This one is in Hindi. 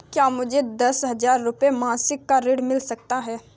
क्या मुझे दस हजार रुपये मासिक का ऋण मिल सकता है?